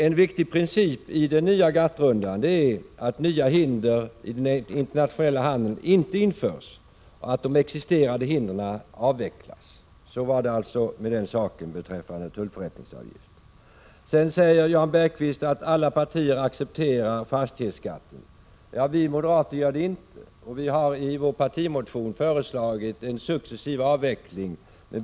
En viktig princip i den nya GATT-rundan är att nya hinder i den nationella handeln inte skall införas och att existerande hinder skall avvecklas. Så var det med den saken. Sedan säger Jan Bergqvist att alla partier accepterar fastighetsskatten. Vi moderater gör det inte. Vi har i vår partimotion föreslagit en successiv avveckling.